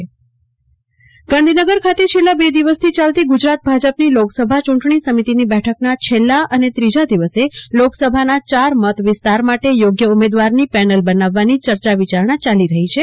કલ્પના શાહ ઉમેદવારની પસંદગી બેઠક ગાંધીનગર ખાતે છેલ્લા બે દિવસથી ચાલતી ગુજરાત ભાજપની લોકસભા ચૂંટણી સમિતિની બેઠકના છેલ્લા અને ત્રીજા દિવસે લોકસભાના ચાર મત વિસ્તાર માટે યોગ્ય ઉમેદવારની પેનલ બનાવવાની ચર્ચા વિચારણા ચાલી રહી છે